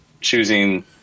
choosing